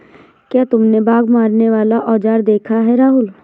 क्या तुमने बाघ मारने वाला औजार देखा है राहुल?